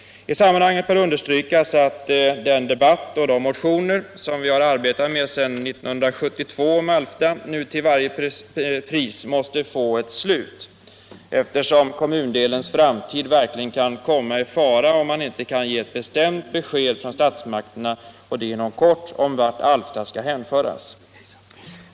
I sammanhanget bör understrykas att den debatt och de motioner som vi har arbetat med sedan 1972 om Alfta nu till varje pris måste få sitt slut, eftersom kommundelens framtid verkligen kan komma i fara, såvida statsmakterna inte inom kort kan ge ett bestämt besked om vart Alfta skall hänföras.